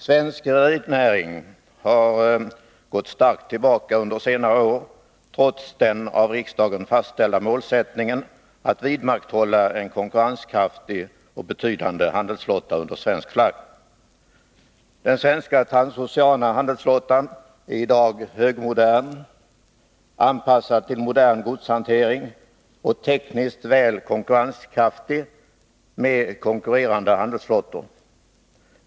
Svensk rederinäring har gått starkt tillbaka under senare år trots den av riksdagen fastställda målsättningen att vidmakthålla en konkurrenskraftig och betydande handelsflotta under svensk flagg. Den svenska transoceana handelsflottan är i dag högmodern, anpassad till modern godshantering och tekniskt konkurrenskraftig gentemot andra handelsflottor.